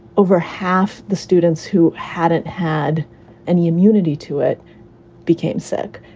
over half the students who hadn't had any immunity to it became sick.